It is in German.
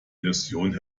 illusion